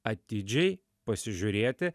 atidžiai pasižiūrėti